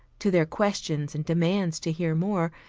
to their questions and demands to hear more,